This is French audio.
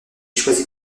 choisit